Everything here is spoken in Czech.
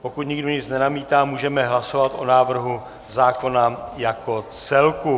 Pokud nikdo nic nenamítá, můžeme hlasovat o návrhu zákona jako celku.